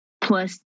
plus